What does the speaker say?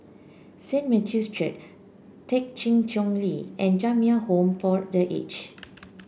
Saint Matthew's Church Thekchen Choling and Jamiyah Home for The Aged